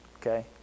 Okay